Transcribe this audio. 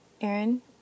Aaron